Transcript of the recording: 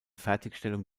fertigstellung